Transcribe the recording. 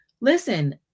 Listen